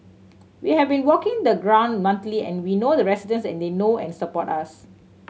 we have been walking the ground monthly and we know the residents and they know and support us